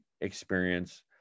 experience